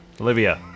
Olivia